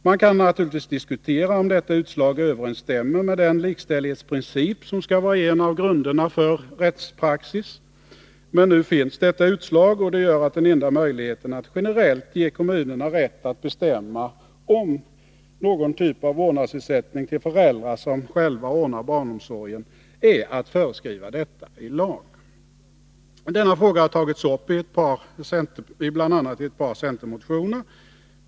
Man kan naturligtvis diskutera om detta utslag överensstämmer med den likställighetsprincip som skall vara en av grunderna för rättspraxis. Men nu finns detta utslag, och det gör att den enda möjligheten att generellt ge kommunerna rätt att bestämma om någon typ av vårdnadsersättning till föräldrar som själva ordnar barnomsorgen är att föreskriva detta i lag. Denna fråga har tagits uppi bl.a. två centermotioner.